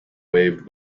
waved